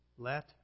Let